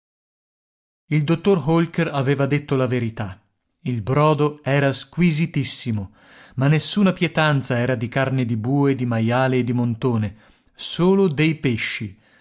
il dottor holker aveva detto la verità il brodo era squisitissimo ma nessuna pietanza era di carne di bue di maiale e di montone solo dei pesci